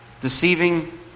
deceiving